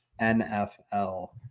NFL